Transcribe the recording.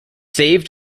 saved